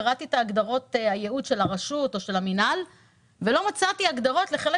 קראתי את הגדרות הייעוד של הרשות או של המינהל ולא מצאתי הגדרות לחלק